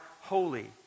Holy